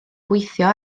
gweithio